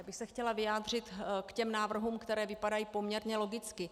Já bych se chtěla vyjádřit k návrhům, které vypadají poměrně logicky.